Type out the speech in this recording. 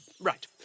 right